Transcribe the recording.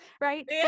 Right